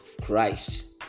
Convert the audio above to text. Christ